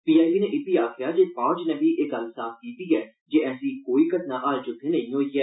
P I B नै इब्बी आक्खेआ जे फौज नै बी एह् गल्ल साफ कीती ऐ जे ऐसी कोई घटना हाल च उत्थें नेई होई ऐ